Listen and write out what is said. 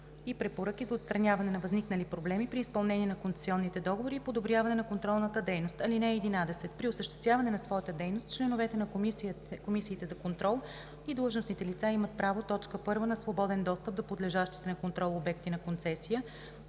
и препоръки за отстраняване на възникнали проблеми при изпълнение на концесионните договори и подобряване на контролната дейност. (11) При осъществяване на своята дейност членовете на комисиите за контрол и длъжностните лица имат право: 1. на свободен достъп до подлежащите на контрол обекти на концесия;